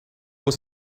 was